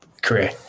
career